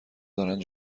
دارند